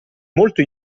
molto